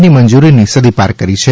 ની મંજૂરીની સદી પાર કરી છે